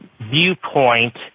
viewpoint